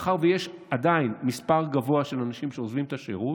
מאחר שויש עדיין מספר גבוה של אנשים שעוזבים את השירות,